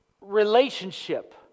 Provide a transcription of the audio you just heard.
relationship